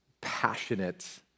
passionate